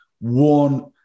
One